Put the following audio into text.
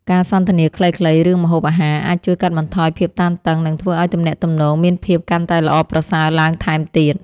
ការសន្ទនាខ្លីៗរឿងម្ហូបអាហារអាចជួយកាត់បន្ថយភាពតានតឹង និងធ្វើឱ្យទំនាក់ទំនងមានភាពកាន់តែល្អប្រសើរឡើងថែមទៀត។